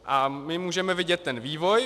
A my můžeme vidět ten vývoj.